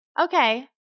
Okay